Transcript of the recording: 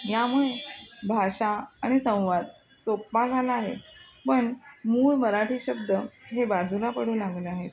यामुळे भाषा आणि संवाद सोप्पा झाला आहे पण मूळ मराठी शब्द हे बाजूला पडू लागले आहेत